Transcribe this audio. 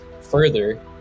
further